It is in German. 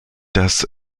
das